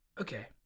Okay